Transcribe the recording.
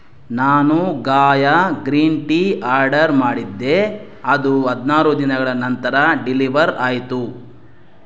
ನಾನು Gaia green tea order ಮಾಡಿದ್ದೆ ಅದು ಹದಿನಾರು ದಿನಗಳ ನಂತರ ಡಿಲಿವರ್ ಆಯಿತು